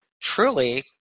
truly